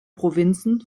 provinzen